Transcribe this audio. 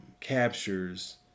captures